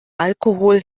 alkohol